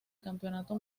campeonato